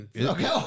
Okay